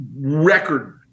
record